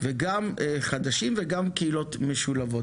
וגם חדשים וגם קהילות משולבות.